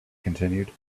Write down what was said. continued